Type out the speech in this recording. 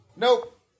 Nope